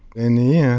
in the end,